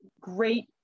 great